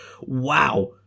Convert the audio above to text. wow